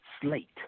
slate